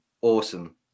awesome